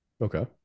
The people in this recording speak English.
okay